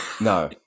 No